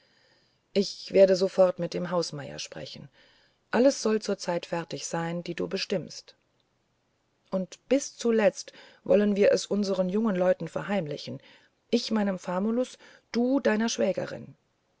ich werde sofort mit dem hausmeier sprechen alles soll zu der zeit fertig sein die du bestimmst und bis zuletzt wollen wir es unseren jungen leuten verheimlichen ich meinem famulus du deiner schwägerin